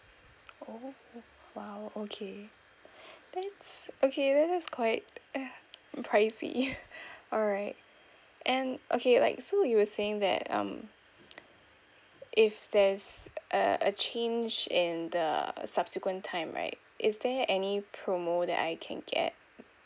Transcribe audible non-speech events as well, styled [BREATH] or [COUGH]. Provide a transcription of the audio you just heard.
oh !wow! okay [BREATH] that's okay that is quite uh pricey [LAUGHS] alright and okay like so you were saying that um [NOISE] if there is a a change in the subsequent time right is there any promo that I can get